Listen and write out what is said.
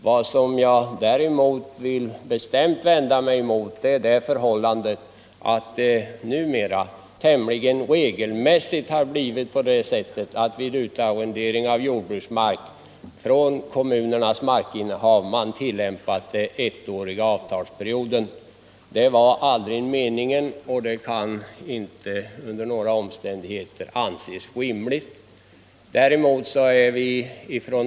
Vad jag däremot vill bestämt vända mig mot är att man vid utarrendering av kommunal jordbruksmark numera tämligen regelmässigt tillämpar den ettåriga avtalsperioden. Det var aldrig meningen, och det kan inte under några omständigheter anses rimligt.